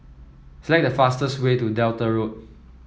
select the fastest way to Delta Road